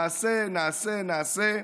נעשה, נעשה,